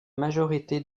majorité